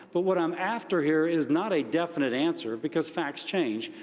but what i'm after here is not a definite answer, because facts change.